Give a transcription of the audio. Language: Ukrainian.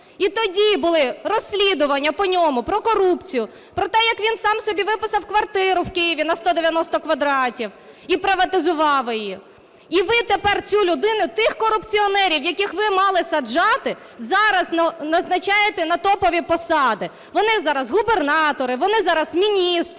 І тоді були розслідування по ньому про корупцію, про те, як він сам собі виписав квартиру в Києві на 190 квадратів і приватизував її. І ви тепер цю людину, тих корупціонерів, яких ви мали саджати, зараз назначаєте на топові посади, вони зараз губернатори, вони зараз міністри.